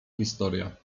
historia